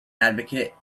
advocate